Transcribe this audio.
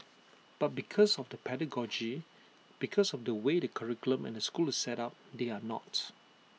but because of the pedagogy because of the way the curriculum and the school is set up they are not